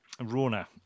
Rona